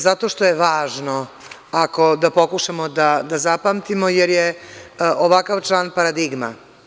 Zato što je važno da pokušamo da zapamtimo, jer je ovakav član paradigma.